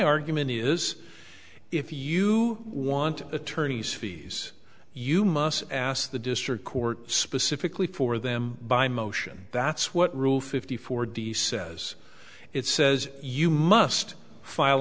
argument is if you want attorney's fees you must ask the district court specifically for them by motion that's what rule fifty four d says it says you must file